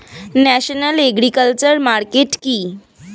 National agriculture market কি?